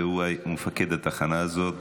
והוא מפקד התחנה הזאת.